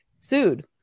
sued